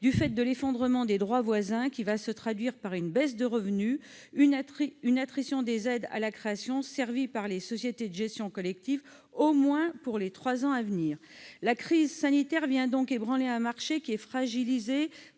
du fait de l'effondrement des droits voisins qui se traduira par une baisse de revenus et une attrition des aides à la création servies par les sociétés de gestion collective au moins pour les trois ans à venir. La crise sanitaire vient donc ébranler un marché fragilisé